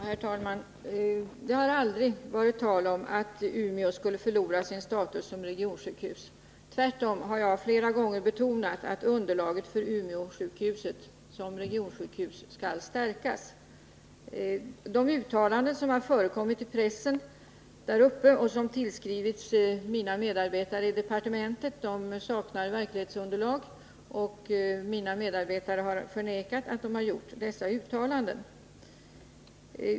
Herr talman! Det har aldrig varit tal om att Umeåsjukhuset skulle förlora sin status som regionsjukhus. Tvärtom har jag flera gånger betonat att underlaget för Umeåsjukhuset som regionsjukhus skall stärkas. De uttalanden som förekommit i pressen där uppe och som har tillskrivits mina medarbetare i departementet saknar verklighetsunderlag. Mina medarbetare har förnekat att de har gjort dessa uttalanden.